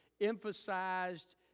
emphasized